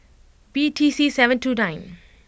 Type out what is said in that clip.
B T C seven two nine